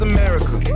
America